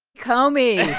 comey